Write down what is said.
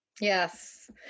Yes